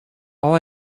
all